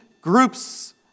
groups